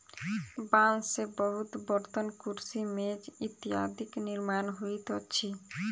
बांस से बहुत बर्तन, कुर्सी, मेज इत्यादिक निर्माण होइत अछि